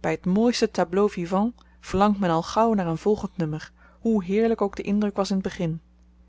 by t mooiste tableau vivant verlangt men al gauw naar een volgend nummer hoe heerlyk ook de indruk was in t begin